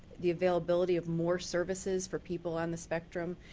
the availability of more services for people on the spectrum.